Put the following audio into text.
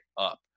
up